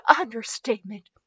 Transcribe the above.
Understatement